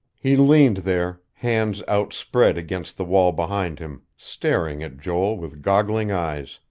he leaned there, hands outspread against the wall behind him, staring at joel with goggling eyes.